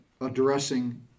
addressing